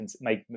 make